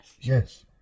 Yes